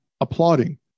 Applauding